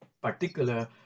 particular